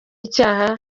icyaha